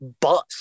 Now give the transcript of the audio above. bus